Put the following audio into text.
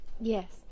Yes